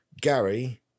Gary